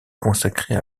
consacrés